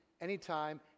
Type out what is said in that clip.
anytime